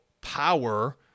power